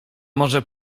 może